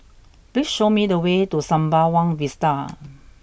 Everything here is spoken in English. please show me the way to Sembawang Vista